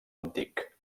antic